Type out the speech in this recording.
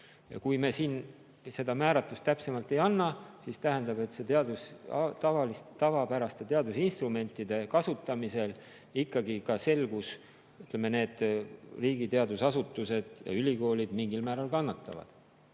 Kuna me siin seda määratlust täpsemalt polnud andnud, siis tavapäraste teadusinstrumentide kasutamisel ikkagi selgus, et need riigi teadusasutused ja ülikoolid mingil määral kannatavad.